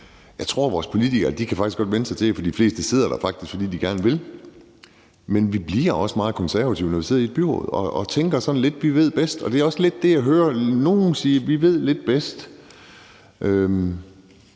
Jeg tror, at vores politikere godt kan vænne sig til det, for de fleste sidder der faktisk, fordi de gerne vil. Men vi bliver også meget konservative, når vi sidder i et byråd; vi tænker sådan lidt: Vi ved bedst. Det er også lidt det, jeg hører nogle sige – vi ved det bedst. Det